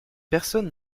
personne